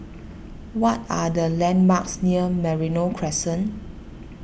what are the landmarks near Merino Crescent